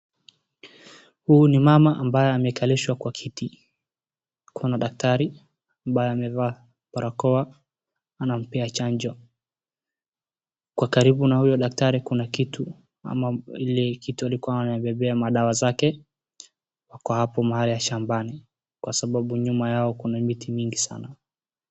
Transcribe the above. Huyu ni mama ambaye amekalishwa kwa kiti, kuna daktari ambaye amevaa barakoa anampea chanjo. Kwa karibu na huyo daktari kuna kitu, ama ile kitu walikua wanajazia madawa zake. Wako hapo mahali shambani kwasababu nyuma yao kuna miti mingi sana.